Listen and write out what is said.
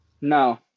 No